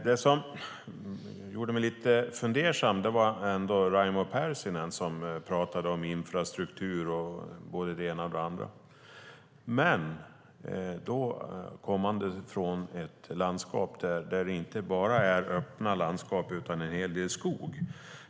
Raimo Pärssinen gjorde mig lite fundersam när han talade om infrastruktur och det ena med det andra. Han kommer från ett landskap där det inte bara finns öppna landskap utan också en hel del skog.